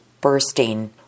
bursting